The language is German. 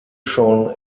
schon